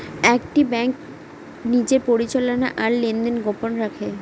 একটি ব্যাঙ্ক নিজের পরিচালনা আর লেনদেন গোপন রাখে